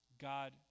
God